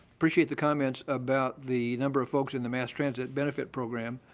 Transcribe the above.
appreciate the comments about the number of folks in the mass transit benefit program.